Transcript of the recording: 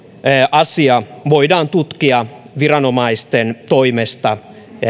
asia voidaan tutkia viranomaisten toimesta